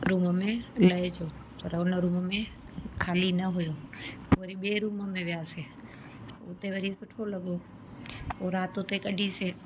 room में लाइजो पर हुन रूम में खाली न हुओ पोइ वरी ॿिए रूम में वियासीं पो हुते वरी सुठो लॻो पोइ रात हुते कढीसीं